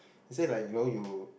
he said like you know you